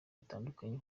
bitandukanye